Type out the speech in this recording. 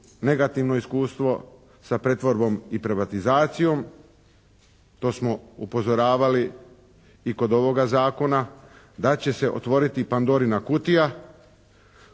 negativno iskustvo sa pretvorbom i privatizacijom. To smo upozoravali i kod ovoga zakona, da će se otvoriti Pandorina kutija